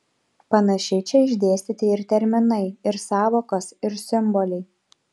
panašiai čia išdėstyti ir terminai ir sąvokos ir simboliai